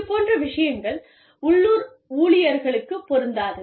இது போன்ற விஷயங்கள் உள்ளூர் ஊழியர்களுக்குப் பொருந்தாது